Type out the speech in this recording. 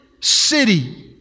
city